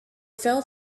fell